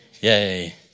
yay